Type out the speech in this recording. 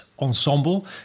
Ensemble